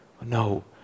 No